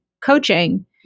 coaching